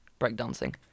breakdancing